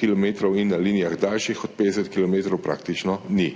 in na linijah daljših od 50 kilometrov praktično ni.